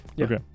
Okay